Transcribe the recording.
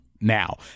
now